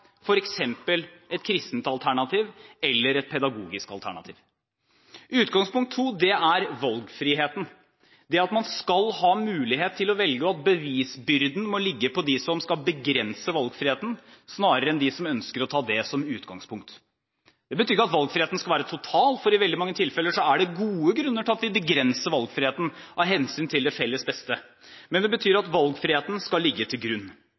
et kristent alternativ eller et pedagogisk alternativ. Utgangspunkt nr. 2 er valgfriheten. Man skal ha mulighet til å velge, og bevisbyrden må ligge på dem som vil begrense valgfriheten, snarere enn hos dem som ønsker å ha valgfrihet som utgangspunkt. Det betyr ikke at valgfriheten skal være total, for i veldig mange tilfeller er det gode grunner til at vi begrenser valgfriheten, av hensyn til det felles beste. Men det betyr at valgfriheten skal ligge til grunn.